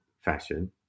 fashion